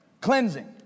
cleansing